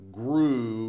grew